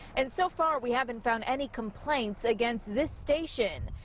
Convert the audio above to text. and so far we haven't found any complaints against this station.